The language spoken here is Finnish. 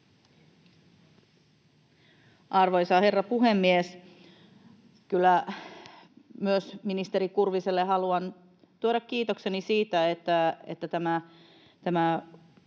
Arvoisa herra puhemies! Kyllä myös haluan tuoda ministeri Kurviselle kiitokseni siitä, että tämä